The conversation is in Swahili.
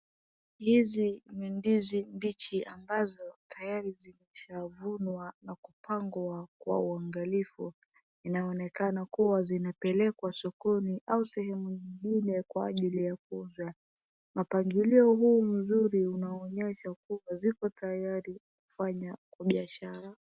Hizi ni ndizi mbichi ambazo tayari zishavunwa na kupangwa kwa uangalifu. Inaonekana kuwa zinapelekwa sokoni au sehemu ingine kwa ajili ya kuuza. Mapangilio huu mzuru unaonyesha ziko tayari kufanya kwa biashara.